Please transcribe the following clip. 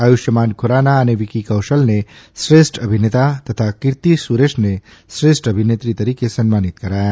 આયુષ્માન ખુરાના અને વીકી કૌશલને શ્રેષ્ઠ અભિનેતા તથા કીર્તિ સુરેશને શ્રેષ્ઠ અભિનેત્રી તરીકે સન્માનિત કરાયા